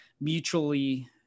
mutually